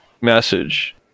message